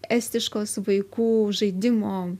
estiškos vaikų žaidimo